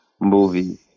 movie